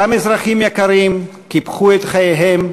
גם אזרחים יקרים קיפחו את חייהם,